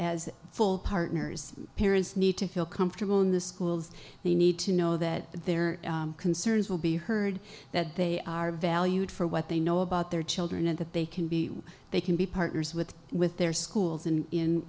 as full partners parents need to feel comfortable in the schools they need to know that their concerns will be heard that they are valued for what they know about their children and that they can be they can be partners with with their schools and in